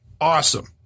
awesome